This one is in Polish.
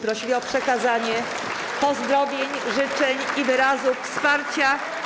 Prosili o przekazanie pozdrowień, życzeń i wyrazów wsparcia.